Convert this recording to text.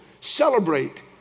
celebrate